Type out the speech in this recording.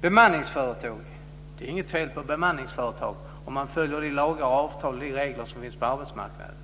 Det är inget fel på bemanningsföretag om de följer de lagar, avtal och regler som finns på arbetsmarknaden.